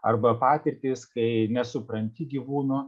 arba patirtys kai nesupranti gyvūno